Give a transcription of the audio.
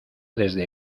desde